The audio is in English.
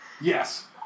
Yes